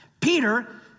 Peter